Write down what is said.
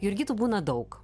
jurgitų būna daug